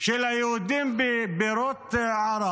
של היהודים בבירות ערב.